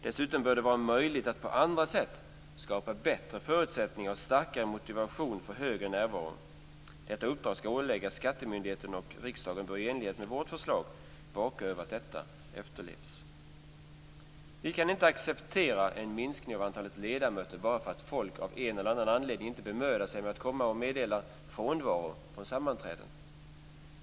Dessutom bör det vara möjligt att på andra sätt skapa bättre förutsättning och starkare motivation för högre närvaro. Detta uppdrag ska åläggas skattemyndigheten, och riksdagen bör i enlighet med vårt förslag vaka över att detta efterlevs. Vi kan inte acceptera en minskning av antalet ledamöter bara för att folk av en eller annan anledning inte bemödar sig med att komma till eller meddela frånvaro från sammanträdena.